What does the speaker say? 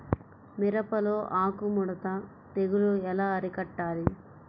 మిరపలో ఆకు ముడత తెగులు ఎలా అరికట్టాలి?